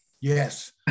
Yes